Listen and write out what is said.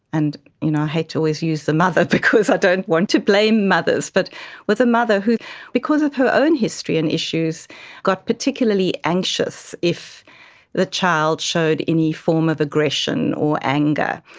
and i you know hate to always use the mother because i don't want to blame mothers, but with a mother who because of her own history and issues got particularly anxious if the child showed any form of aggression or anger.